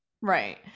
Right